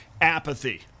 apathy